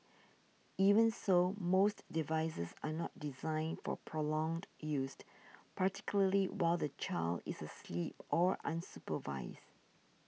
even so most devices are not designed for prolonged used particularly while the child is asleep or unsupervised